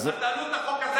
אז תעלו את החוק הזה,